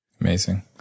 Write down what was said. Amazing